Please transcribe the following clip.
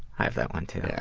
i have that one too.